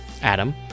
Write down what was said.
Adam